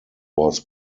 was